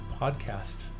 Podcast